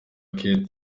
kate